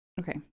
okay